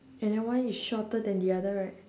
and then one is shorter than the other right